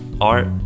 art